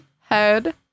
Head